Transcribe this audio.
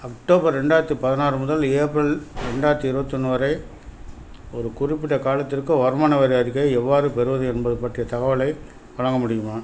October ரெண்டாயிரத்தி பதினாறு முதல் ஏப்ரல் ரெண்டாயிரத்தி இருபத்தொன்னு வரை ஒரு குறிப்பிட்ட காலத்திற்கு வருமான வரி அறிக்கையை எவ்வாறு பெறுவது என்பது பற்றிய தகவலை வழங்க முடியுமா